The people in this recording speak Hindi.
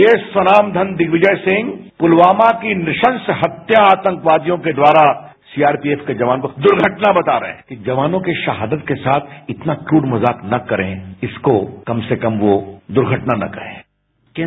ये सनाम धन दिग्विजिय सिंह पुलवामा की निशंस्य हत्या आतंकवादियों के द्वारा सीआरपीएफ के जवान को दुर्घटना बता रहे हैं कि जवानों की शहादत के साथ इतना क्रूर मजाक न करें इसको कम से कम वो दुर्घटना न कहें